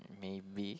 maybe